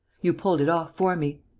you pulled it off for me.